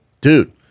Dude